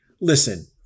listen